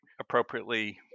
appropriately